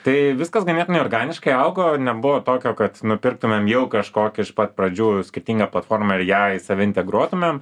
tai viskas ganėtinai organiškai augo nebuvo tokio kad nupirktumėm jau kažkokį iš pat pradžių skirtingą platformą ir ją į save integruotumėm